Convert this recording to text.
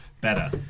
Better